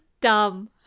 dumb